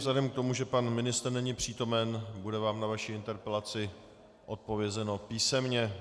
Vzhledem k tomu, že pan ministr není přítomen, bude vám na vaši interpelaci odpovězeno písemně.